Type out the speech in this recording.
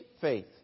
faith